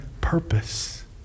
purpose